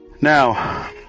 Now